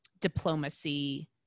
diplomacy